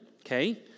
okay